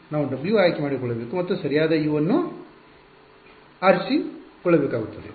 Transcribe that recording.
ನಾವು w ಆಯ್ಕೆ ಮಾಡಿಕೊಳ್ಳಬೇಕು ಮತ್ತು ನಾವು ಸರಿಯಾದ u ನ್ನು ಆರಿಸಬೇಕಾಗುತ್ತದೆ